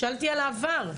שאלתי על העבר,